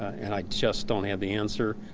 and i just don't have the answer.